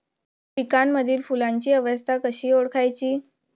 पिकांमधील फुलांची अवस्था कशी ओळखायची?